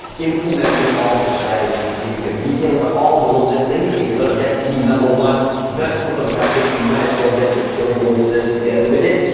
implementing all the strategies in here. details are all below this link. if you gonna get the number one best book on traffic, you might as well get some killer bonuses together with it.